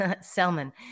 Selman